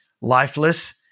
lifeless